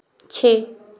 छः